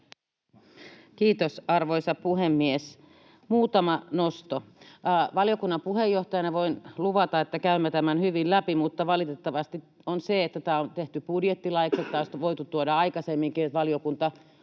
Kiitos, arvoisa puhemies! Muutama nosto: Valiokunnan puheenjohtajana voin luvata, että käymme tämän hyvin läpi, mutta valitettavasti tämä on tehty budjettilaiksi, ja tämä olisi voitu tuoda aikaisemminkin, niin että valiokunta